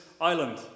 island